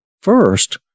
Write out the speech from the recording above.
first